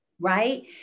right